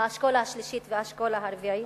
האשכול השלישי והאשכול הרביעי?